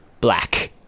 black